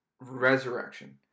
Resurrection